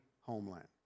homeland